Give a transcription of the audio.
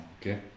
Okay